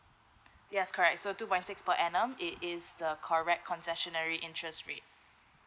yes correct so two point six per annum it is the correct concessionary interest rate